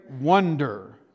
wonder